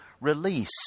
release